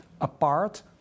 apart